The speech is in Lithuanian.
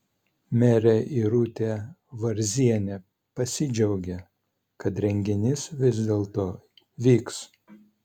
merė irutė varzienė pasidžiaugė kad renginys vis dėlto vyks